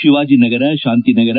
Shivajinagar Shantinagar